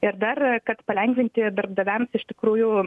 ir dar kad palengvinti darbdaviams iš tikrųjų